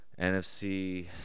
NFC